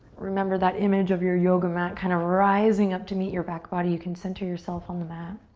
remember that image of your yoga mat kind of rising up to meet your back body. you can center yourself on the mat.